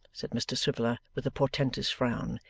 said mr swiveller, with a portentous frown.